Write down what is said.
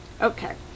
Okay